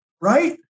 right